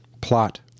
plot